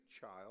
child